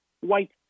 white